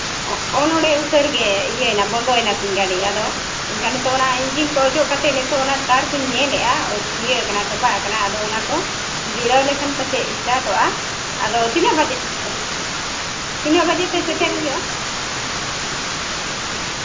ᱚᱱᱼᱚᱱᱰᱮ ᱩᱛᱟᱹᱨ ᱜᱮ ᱤᱭᱟᱹᱭᱮᱱᱟ ᱵᱚᱱᱫᱚᱭᱱᱟ ᱛᱤᱧ ᱜᱟᱹᱰᱤ ᱟᱫᱚ ᱮᱱᱠᱷᱟᱱ ᱱᱤᱛᱳᱜ ᱚᱱᱟ ᱤᱧᱡᱤᱱ ᱠᱚ ᱚᱪᱚᱜ ᱠᱟᱛᱮᱫ ᱱᱤᱛᱳᱜ ᱚᱱᱟ ᱛᱟᱨ ᱠᱩᱧ ᱧᱮᱞᱮᱫᱼᱟ ᱚᱱᱟ ᱤᱭᱟᱹ ᱟᱠᱟᱱᱟ ᱛᱚᱯᱟᱜ ᱠᱟᱱᱟ ᱟᱫᱚ ᱚᱱᱟ ᱠᱚ ᱡᱩᱲᱟᱹᱣ ᱞᱮᱠᱷᱟᱱ ᱯᱟᱪᱮᱫ ᱥᱴᱟᱴᱚᱜᱼᱟ ᱟᱫᱚ ᱛᱤᱱᱟᱹᱜ ᱵᱟᱡᱮ ᱛᱤᱱᱟᱹᱜ ᱵᱟᱡᱮ ᱛᱮ ᱥᱮᱴᱮᱨ ᱦᱩᱭᱩᱜᱼᱟ